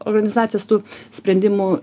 organizacijos tų sprendimų